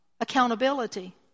accountability